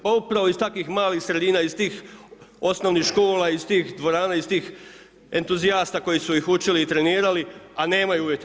Pa upravo iz takvih malih sredina, iz tih osnovnih škola, iz tih dvorana, iz tih entuzijasta koji su ih učili i trenirali, a nemaju uvijete.